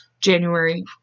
January